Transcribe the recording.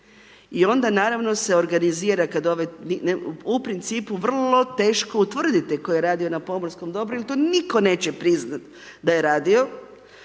I onda naravno se organizira, kada ovaj, u principu vrlo teško, utvrditi tko je radio na pomorskom dobru, jer to nitko neće priznati da je radio.